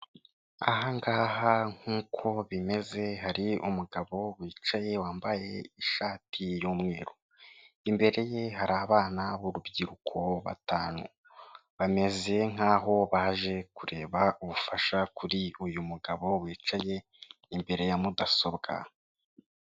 Ahangaha nkuko bimeze hari umugabo wicaye wambaye ishati y'umweru ,imbere ye hari abana b'urubyiruko batanu, bameze nkaho baje kureba ubufasha kuri uyu mugabo wicaye imbere ya mudasobwa.